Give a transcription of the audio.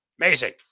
amazing